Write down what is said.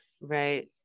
right